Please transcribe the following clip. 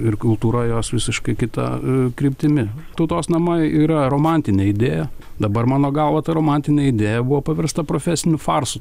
ir kultūra jos visiškai kita kryptimi tautos namai yra romantinė idėja dabar mano galva ta romantinė idėja buvo paversta profesiniu farsu